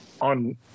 On